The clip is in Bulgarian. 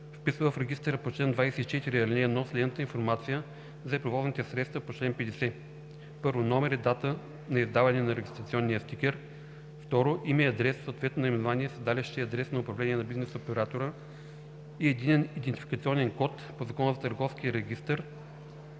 вписва в регистъра по чл. 24, ал. 1 следната информация за превозните средства по чл. 50: 1. номер и дата на издаване на регистрационния стикер; 2. име и адрес, съответно наименование, седалище и адрес на управление на бизнес оператора и единен идентификационен код по Закона за търговския регистър